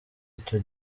icyo